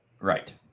Right